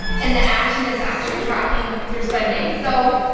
and the action is actually tracking your spending. so,